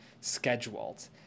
scheduled